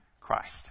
Christ